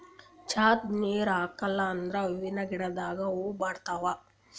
ಛಂದ್ ನೀರ್ ಹಾಕಿಲ್ ಅಂದ್ರ ಹೂವಿನ ಗಿಡದಾಗ್ ಹೂವ ಬಾಡ್ತಾವ್